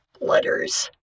letters